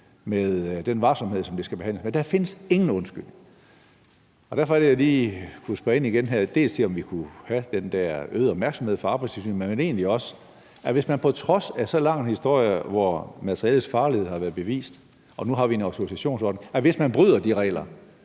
med den varsomhed, som det skal behandles med – der findes ingen undskyldninger. Derfor er det, jeg lige kunne spørge ind igen her til, om vi kunne have den her øgede opmærksomhed fra Arbejdstilsynet, men egentlig også, at hvis man på trods af så lang historie, hvor materialets farlighed har været bevist, og nu har vi en autorisationsordning, bryder de regler,